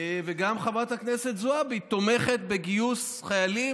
וגם חברת הכנסת זועבי תומכת בגיוס חיילים